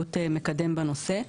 הבריאות מקדם בנושא.